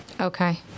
Okay